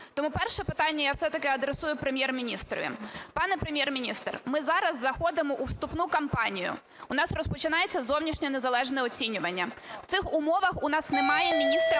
Тому перше питання я все-таки адресую Прем'єр-міністрові. Пане Прем'єр-міністре, ми зараз заходимо у вступну кампанію. У нас розпочинається зовнішнє незалежне оцінювання. В цих умовах у нас немає міністра